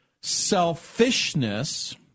selfishness